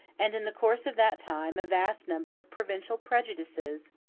and in the course of that time a vast number of provincial prejudices,